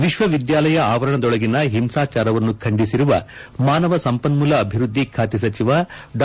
ವಿಕ್ವ ವಿದ್ಯಾಲಯ ಆವರಣದೊಳಗಿನ ಹಿಂಸಾಚಾರವನ್ನು ಖಂಡಿಸಿರುವ ಮಾನವ ಸಂಪನ್ನೂಲ ಅಭಿವೃದ್ದಿ ಖಾತೆ ಸಚಿವ ಡಾ